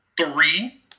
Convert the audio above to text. three